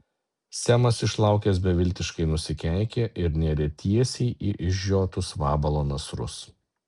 semas išlaukęs beviltiškai nusikeikė ir nėrė tiesiai į išžiotus vabalo nasrus